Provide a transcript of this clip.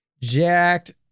Jacked